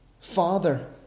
Father